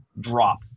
drop